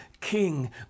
king